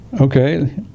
Okay